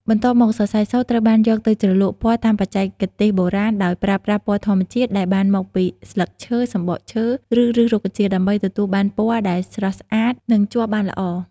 បន្ទាប់មក សរសៃសូត្រត្រូវបានយកទៅជ្រលក់ពណ៌តាមបច្ចេកទេសបុរាណ ដោយប្រើប្រាស់ពណ៌ធម្មជាតិដែលបានមកពីស្លឹកឈើ សំបកឈើ ឬឫសរុក្ខជាតិ ដើម្បីទទួលបានពណ៌ដែលស្រស់ស្អាតនិងជាប់បានយូរ។